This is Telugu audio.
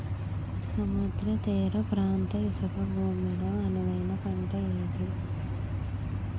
సముద్ర తీర ప్రాంత ఇసుక భూమి లో అనువైన పంట ఏది?